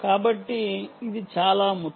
కాబట్టి ఇది చాలా ముఖ్యం